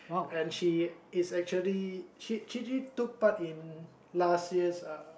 and she is actually she she she actually took part in last year's uh